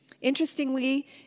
Interestingly